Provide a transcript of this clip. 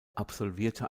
absolvierte